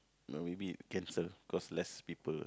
no you be cancel cause less people